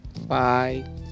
bye